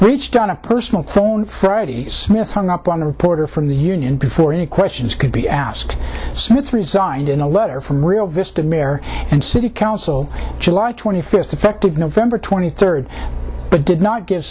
reached on a personal phone friday smith hung up on a reporter from the union before any questions could be asked smith resigned in a letter from real vista mayor and city council july twenty fifth effective november twenty third but did not g